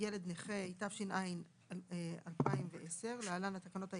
(ילד נכה), התש"ע-2010 (להלן- התקנות העיקריות)